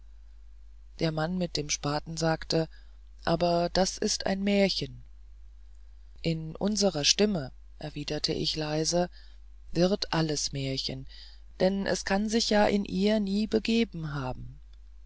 der mann mit dem spaten sagte aber das ist ein märchen in unserer stimme erwiderte ich leise wird alles märchen denn es kann sich ja in ihr nie begeben haben